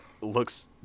looks